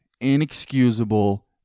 inexcusable